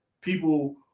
People